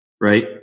right